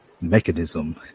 mechanism